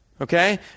Okay